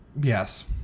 Yes